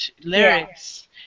lyrics